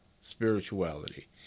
spirituality